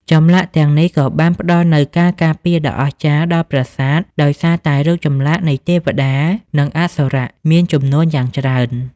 ចម្លាក់ទាំងនេះក៏បានផ្តល់នូវការការពារដ៏អស្ចារ្យដល់ប្រាសាទដោយសារតែរូបចម្លាក់នៃទេវតា និងអសុរៈមានចំនួនយ៉ាងច្រើន។